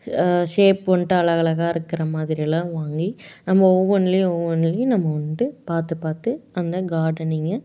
shape வந்துட்டு அலகழகா இருக்கிற மாதிரியெல்லாம் வாங்கி நம்ம ஒவ்வொன்றுலையும் ஒவ்வொன்றுலையும் நம்ம வந்துட்டு பார்த்து பார்த்து அந்த கார்டனிங்கை